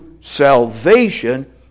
salvation